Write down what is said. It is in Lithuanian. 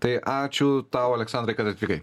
tai ačiū tau aleksandrai kad atvykai